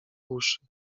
uszy